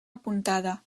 apuntada